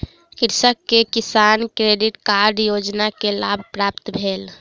कृषक के किसान क्रेडिट कार्ड योजना के लाभ प्राप्त भेल